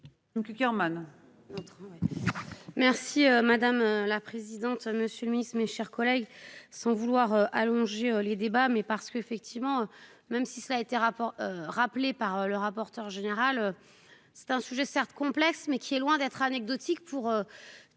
Merci madame la présidente. Monsieur le Ministre, mes chers collègues. Sans vouloir allonger les débats mais parce qu'effectivement, même si cela été rapport rappelés par le rapporteur général. C'est un sujet certes complexe mais qui est loin d'être anecdotique pour.